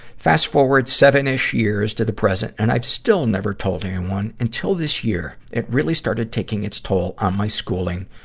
fast-forward seven-ish years to the present, and i've still never told anyone until this year. it really started taking its toll on my schooling,